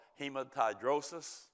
hematidrosis